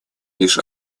лишь